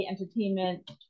Entertainment